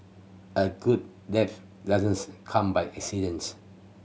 a good death come by accidence